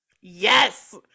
yes